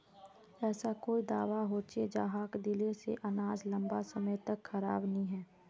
ऐसा कोई दाबा होचे जहाक दिले से अनाज लंबा समय तक खराब नी है?